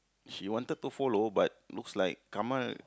she wanted to follow but looks like Kamal